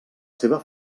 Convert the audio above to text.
seva